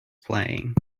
playing